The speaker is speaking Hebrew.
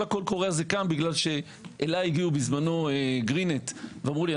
כל הקול קורא הזה קם כי אליי הגיעו בזמנו "גרין נט" ואמרו לי,